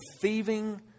thieving